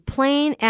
Plain